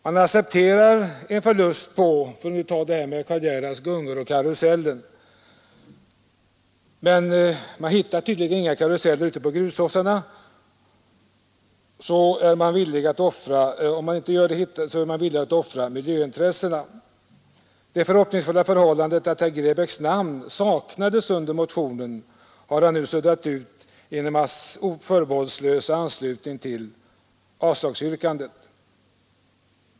Man är beredd att göra som i Karl Gerhards exempel med gungorna och karusellerna, men man hittar tydligen inga karuseller ute på grusåsarna, och då är man villig att offra miljöintressena. Det förhoppningsfulla förhållandet att herr Grebäcks namn saknades under motionen har nu suddats ut genom hans förbehållslösa anslutning till avslagsyrkandet.